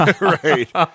Right